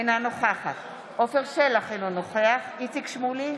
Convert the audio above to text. אינה נוכח עפר שלח, אינו נוכח איציק שמולי,